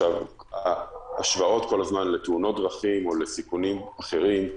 על ההשוואות לתאונות דרכים או לסיכונים אחרים,